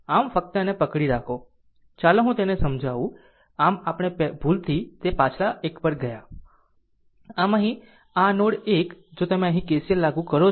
આમ ફક્ત આને પકડી રાખો ચાલો હું તેને પહેલા સમજાવુંઆમ આપણે ભૂલથી તે પાછલા એક પર ગયા આમ અહીં આમ નોડ 1 જો તમે અહીં KCL લાગુ કરો છો